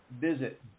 visit